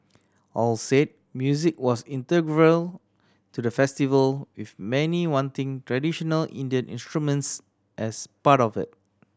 all said music was integral to the festival with many wanting traditional Indian instruments as part of it